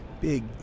big